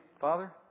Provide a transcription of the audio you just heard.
Father